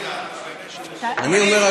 אני אומר,